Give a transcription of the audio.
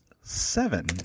Seven